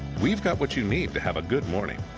we've got what you need to have a good morning.